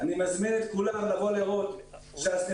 אני מזמין את כולם לבוא לראות שהסניפים